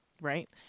Right